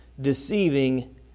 deceiving